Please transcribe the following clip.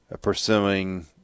pursuing –